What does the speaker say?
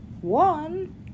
one